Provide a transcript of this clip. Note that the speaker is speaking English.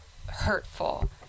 hurtful